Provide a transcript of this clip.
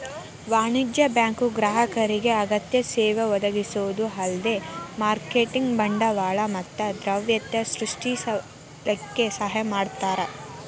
ವಾಣಿಜ್ಯ ಬ್ಯಾಂಕು ಗ್ರಾಹಕರಿಗೆ ಅಗತ್ಯ ಸೇವಾ ಒದಗಿಸೊದ ಅಲ್ದ ಮಾರ್ಕೆಟಿನ್ ಬಂಡವಾಳ ಮತ್ತ ದ್ರವ್ಯತೆ ಸೃಷ್ಟಿಸಲಿಕ್ಕೆ ಸಹಾಯ ಮಾಡ್ತಾರ